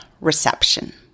reception